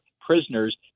prisoners